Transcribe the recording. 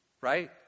right